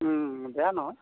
ও বেয়া নহয়